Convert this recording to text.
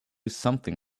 something